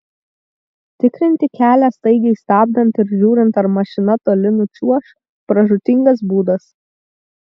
tikrinti kelią staigiai stabdant ir žiūrint ar mašina toli nučiuoš pražūtingas būdas